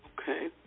Okay